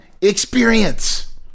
experience